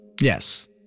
Yes